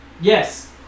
Yes